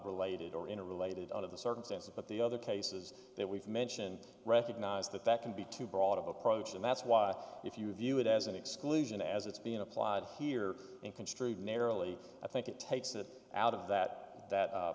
related or in a related out of the circumstances but the other cases that we've mentioned recognize that that can be too broad of approach and that's why if you view it as an exclusion as it's been applied here and construed narrowly i think it takes it out of that that